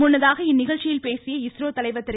முன்னதாக இந்நிகழ்ச்சியில் பேசிய இஸ்ரோ தலைவர் திரு